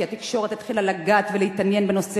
כי התקשורת התחילה לגעת ולהתעניין בנושא